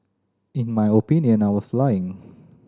in my opinion I was lying